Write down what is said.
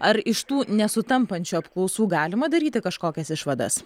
ar iš tų nesutampančių apklausų galima daryti kažkokias išvadas